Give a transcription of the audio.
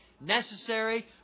necessary